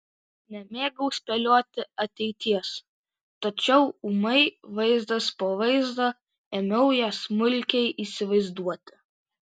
nemėgau spėlioti ateities tačiau ūmai vaizdas po vaizdo ėmiau ją smulkiai įsivaizduoti